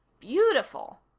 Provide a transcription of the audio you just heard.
beautiful.